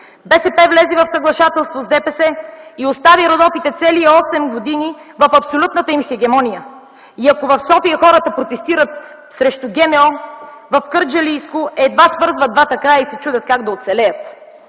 влезе в съглашателство с ДПС и остави Родопите цели осем години в абсолютната им хегемония. И ако в София хората протестират срещу ГМО, в Кърджалийско едва свързват двата края и се чудят как да оцелеят.